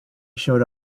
showed